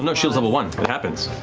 and shield's level one, it happens.